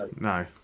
no